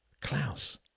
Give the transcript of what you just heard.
Klaus